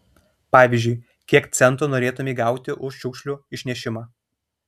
pavyzdžiui kiek centų norėtumei gauti už šiukšlių išnešimą